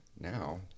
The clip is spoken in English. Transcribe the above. Now